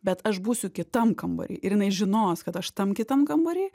bet aš būsiu kitam kambary ir jinai žinos kad aš tam kitam kambary